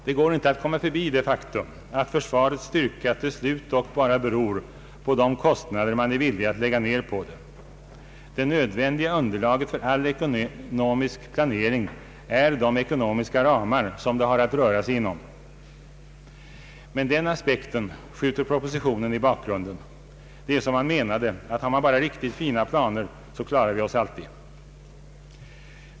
Det går inte att komma förbi det faktum att försvarets styrka till slut dock bara beror på de kostnader man är villig att lägga ner på det. Det nödvändiga underlaget för all ekonomisk planering är de ekonomiska ramar som den har att röra sig inom. Men den aspekten skjuter propositionen i bakgrunden. Det är som om man menade att har vi bara riktigt fina planer så klarar vi oss alltid.